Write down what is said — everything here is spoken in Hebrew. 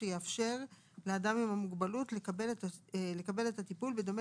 שיאפשר לאדם עם המוגבלות לקבל את הטיפול בדומה